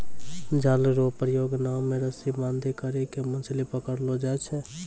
जाल रो प्रयोग नाव मे रस्सी बांधी करी के मछली पकड़लो जाय छै